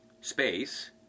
space